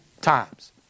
times